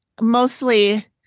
mostly